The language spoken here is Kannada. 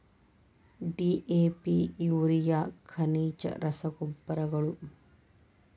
ಡಿ.ಎ.ಪಿ ಯೂರಿಯಾ ಖನಿಜ ರಸಗೊಬ್ಬರಗಳು